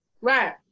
right